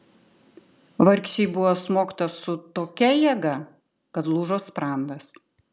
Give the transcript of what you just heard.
vargšei buvo smogta su tokia jėga kad lūžo sprandas